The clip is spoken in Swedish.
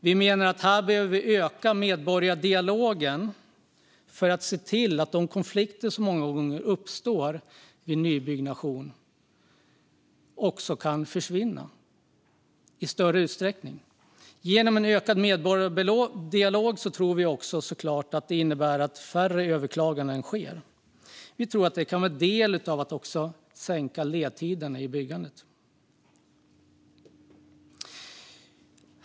Vi menar att vi behöver öka medborgardialogen för att i större utsträckning undvika de konflikter som många gånger uppstår vid nybyggnation. Vi tror också såklart att en ökad medborgardialog skulle innebära att färre överklaganden sker. Vi tror att detta också kan utgöra en del i att förkorta ledtiderna vid byggandet.